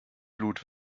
blut